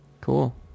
cool